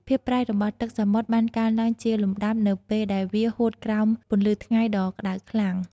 ភាពប្រៃរបស់ទឹកសមុទ្របានកើនឡើងជាលំដាប់នៅពេលដែលវាហួតក្រោមពន្លឺថ្ងៃដ៏ក្តៅខ្លាំង។